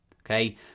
okay